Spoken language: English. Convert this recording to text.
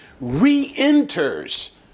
re-enters